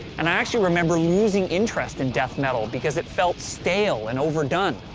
and i actually remember losing interest in death metal because it felt stale and overdone.